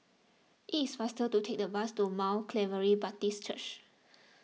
it is faster to take the bus to Mount Calvary Baptist Church